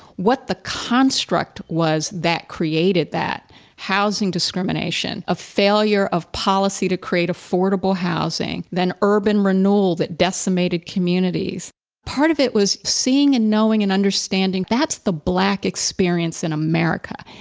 what the construct was that created that housing discrimination, of failure of policy to create affordable housing, then urban renewal that decimated communities part of it was seeing and knowing and understanding that's the black experience in america.